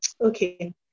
Okay